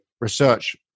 research